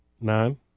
nine